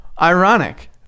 Ironic